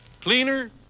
cleaner